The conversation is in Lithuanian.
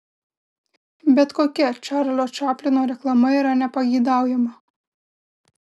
bet kokia čarlio čaplino reklama yra nepageidaujama